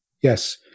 Yes